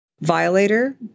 violator